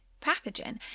pathogen